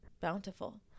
bountiful